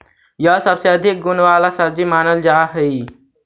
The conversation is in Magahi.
यह सबसे अधिक गुण वाला सब्जी मानल जा हई